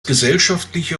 gesellschaftliche